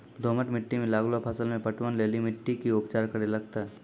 दोमट मिट्टी मे लागलो फसल मे पटवन लेली मिट्टी के की उपचार करे लगते?